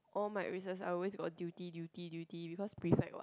all my recess I always got duty duty duty because prefect what